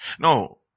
No